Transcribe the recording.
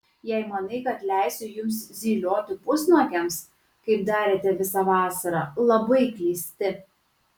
jei manai kad leisiu jums zylioti pusnuogiams kaip darėte visą vasarą labai klysti